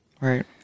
Right